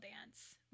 dance